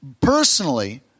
personally